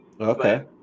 Okay